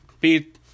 beat